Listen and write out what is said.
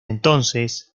entonces